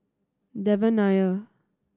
Devan Nair